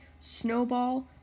Snowball